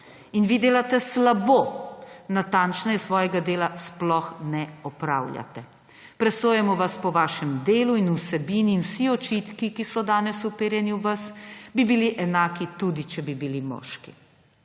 In vi delate slabo. Natančneje, svojega dela sploh ne opravljate. Presojamo vas po vašem delu in vsebini in vsi očitki, ki so danes uperjeni v vas, bi bili enaki, tudi če bi bili moški.